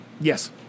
Yes